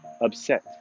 upset